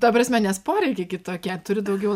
ta prasme nes poreikiai kitokie turi daugiau